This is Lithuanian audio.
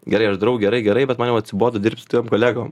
gerai aš darau gerai gerai bet man jau atsibodo dirbt su tiem kolegom